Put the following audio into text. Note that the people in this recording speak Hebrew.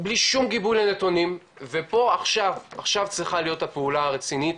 בלי שום גיבוי לנתונים ופה עכשיו צריכה להיות הפעולה הרצינית,